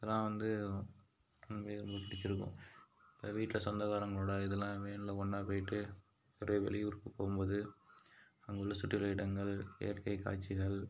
இதெல்லாம் வந்து ரொம்ப பிடிச்சி இருக்கும் வீட்டில் சொந்தக்காரங்களோட இதெல்லாம் வேனில் ஒன்னாக போய்ட்டு ஒரு வெளியூருக்கு போகும் போது அங்கே உள்ள சுற்றியுள்ள இடங்கள் இயற்கை காட்சிகள்